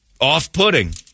off-putting